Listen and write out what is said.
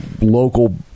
local